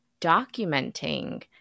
documenting